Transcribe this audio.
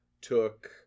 took